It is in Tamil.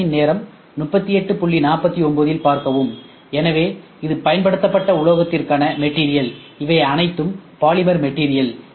திரையின் நேரம் 3849இல் பார்க்கவும் எனவே இது பயன்படுத்தப்பட்ட உலோகத்திற்கான மெட்டீரியல் இவை அனைத்தும் பாலிமர் மெட்டீரியல்